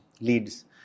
leads